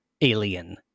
alien